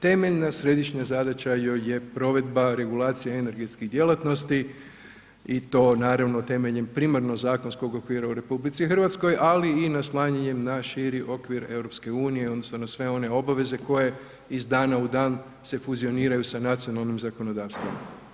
Temeljna središnja zadaća joj je provedba regulacija energetskih djelatnosti i to naravno temeljem primarnog zakonskog okvira u RH ali i naslanjanjem na širi okvir EU-a odnosno na sve one obaveze koje iz dana u dan se fuzioniraju sa nacionalnim zakonodavstvom.